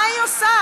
מה היא עושה?